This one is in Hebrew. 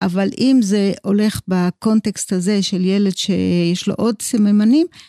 אבל אם זה הולך בקונטקסט הזה של ילד שיש לו עוד סממנים...